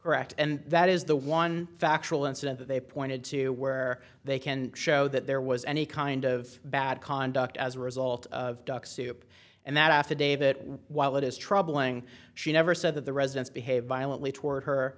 correct and that is the one factual incident that they pointed to where they can show that there was any kind of bad conduct as a result of duck soup and that affidavit while it is troubling she never said that the residents behaved violently toward